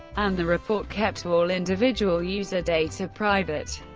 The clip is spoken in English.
and the report kept all individual user data private.